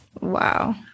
Wow